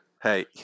Hey